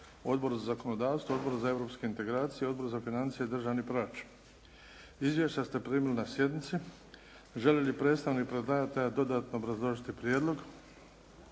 Odbor za zakonodavstvo, Odbor za europske integracije i Odbor za financije i državni proračun. Izvješća ste primili na sjednici. Želi li predstavnik predlagatelja dodatno obrazložiti prijedlog?